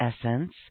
Essence